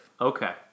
Okay